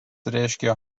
reiškia